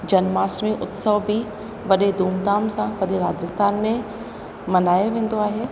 जन्माष्टमी उत्सव बि वॾे धूम धाम सां सॼे राजस्थान में मल्हायो वेंदो आहे